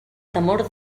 temor